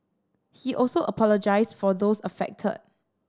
he also apologised for those affected